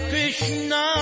Krishna